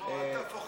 ובצדק,